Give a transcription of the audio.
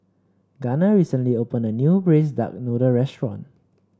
Gunner recently opened a new Braised Duck Noodle restaurant